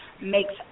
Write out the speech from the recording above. makes